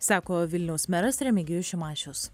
sako vilniaus meras remigijus šimašius